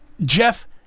Jeff